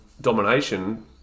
Domination